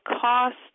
cost